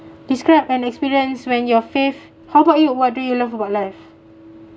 describe an experience when your faith how about you what do you love about life